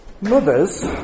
Mothers